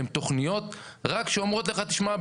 הן תכניות רק שאומרות לך תשמע,